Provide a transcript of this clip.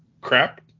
crap